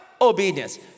Obedience